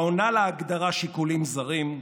העונה להגדרה "שיקולים זרים",